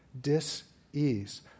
dis-ease